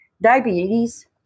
Diabetes